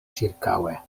ĉirkaŭe